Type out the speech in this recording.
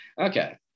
Okay